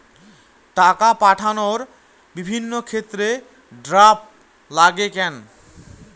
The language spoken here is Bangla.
টাকা পাঠানোর বিভিন্ন ক্ষেত্রে ড্রাফট লাগে কেন?